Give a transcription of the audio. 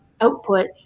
output